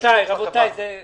צריך